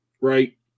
right